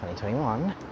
2021